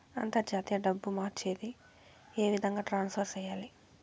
అంతర్జాతీయ డబ్బు మార్చేది? ఏ విధంగా ట్రాన్స్ఫర్ సేయాలి?